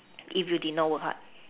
if you did not work hard